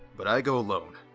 but i go alone.